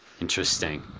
Interesting